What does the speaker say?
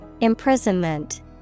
Imprisonment